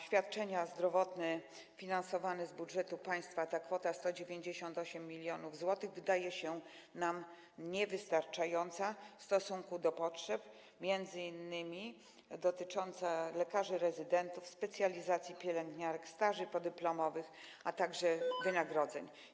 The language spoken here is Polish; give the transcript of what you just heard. Świadczenia zdrowotne finansowane z budżetu państwa - kwota 198 mln zł wydaje się nam niewystarczająca w stosunku do potrzeb, m.in. jeśli chodzi o lekarzy rezydentów, specjalizacje pielęgniarek, staże podyplomowe, a także wynagrodzenia.